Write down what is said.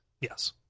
Yes